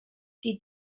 die